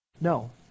No